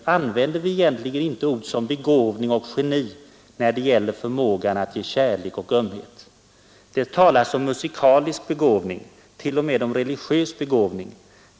Varför använder vi egentligen inte ord som begåvning och geni när det gäller förmågan att ge kärlek och ömhet? Det talas om musikalisk begåvning, t.o.m. om religiös begåvning.